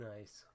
Nice